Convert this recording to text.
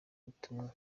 ubutumwa